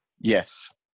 Yes